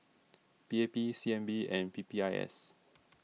P A P C N B and P P I S